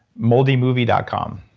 moldymovie dot com.